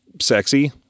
sexy